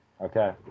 Okay